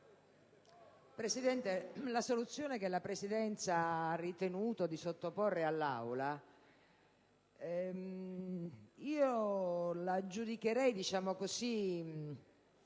Presidente, la soluzione che la Presidenza ha ritenuto di sottoporre all'Assemblea io la giudicherei fantasiosa.